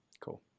Cool